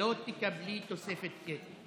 לא תקבלי תוספת קטי.